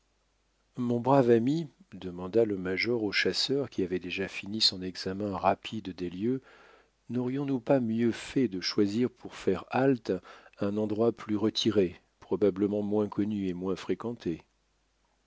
mon brave ami demanda le major au chasseur qui avait déjà fini son examen rapide des lieux naurions nous pas mieux fait de choisir pour faire halte un endroit plus retiré probablement moins connu et moins fréquenté